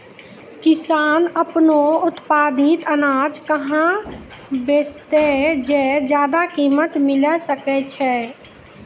किसान आपनो उत्पादित अनाज कहाँ बेचतै जे ज्यादा कीमत मिलैल सकै छै?